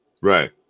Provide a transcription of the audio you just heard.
Right